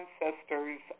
ancestors